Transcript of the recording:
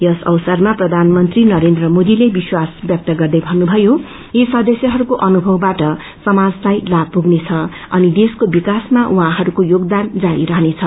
यस अवसरमा प्रधानमंत्री नरेन्द्र मोदीले विश्वास व्यक्त गर्दै भन्नुभयो यी सदस्यहरूको अनुभववाट समाजलाई लाभ पुग्नेछ अनि देशको विकासमा उहाँहस्को यसेगदान जारी रहनेछ